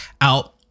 out